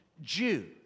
Jew